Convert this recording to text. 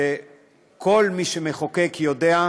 שכל מי שמחוקק יודע,